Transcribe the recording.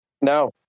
No